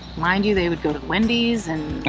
mind you, they would go to wendy's, and